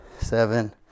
seven